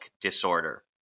disorder